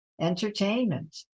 entertainment